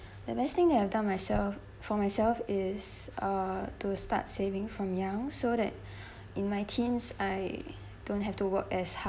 the best thing that I've done myself for myself is uh to start saving from young so that in my teens I don't have to work as